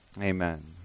Amen